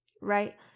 right